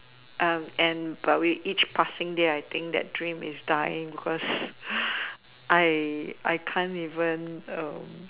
and but with each passing day I think that dream is dying because I I can't even